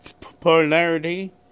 polarity